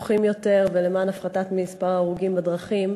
בטוחים יותר ולמען הפחתת מספר ההרוגים בדרכים,